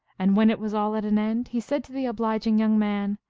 and when it was all at an end he said to the obliging young man,